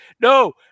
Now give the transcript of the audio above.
No